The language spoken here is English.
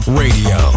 radio